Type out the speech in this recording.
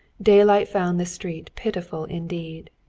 daylight found the street pitiful indeed.